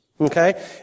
Okay